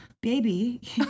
baby